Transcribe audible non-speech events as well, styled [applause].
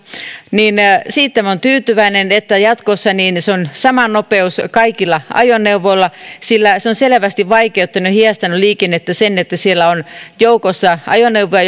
siitä minä olen tyytyväinen että jatkossa on sama nopeus kaikilla ajoneuvoilla sillä se on selvästi vaikeuttanut ja hidastanut liikennettä että siellä on joukossa ajoneuvoja [unintelligible]